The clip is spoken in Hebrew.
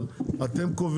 אבל, אתם קובעים.